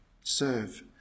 serve